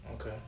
Okay